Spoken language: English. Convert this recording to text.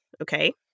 Okay